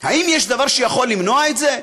האם יש דבר שיכול למנוע את זה?